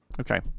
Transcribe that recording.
okay